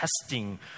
testing